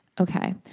Okay